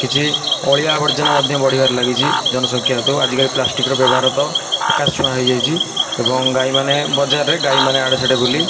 କିଛି ଅଳିଆ ଆବର୍ଜନା ମଧ୍ୟ ବଢ଼ିବାରେ ଲାଗିଛି ଜନସଂଖ୍ୟା ହେତୁ ଆଜିକାଲି ପ୍ଲାଷ୍ଟିକ୍ର ବ୍ୟବହାର ତ ଆକାଶ ଛୁଆ ହେଇଯାଇଛି ଏବଂ ଗାଈ ମାନେ ବଜାରରେ ଗାଈ ମାନେ ଇଆଡ଼େସିଆଡ଼େ ବୁଲି